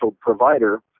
provider